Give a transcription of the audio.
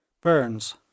Burns